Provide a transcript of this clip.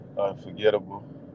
unforgettable